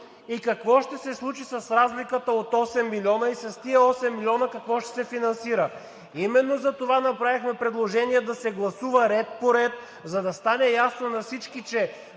какво ще се случи с разликата от 8 милиона; с тези 8 милиона какво ще се финансира? Именно затова направихме предложение да се гласува ред по ред, за да стане ясно на всички, че